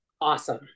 awesome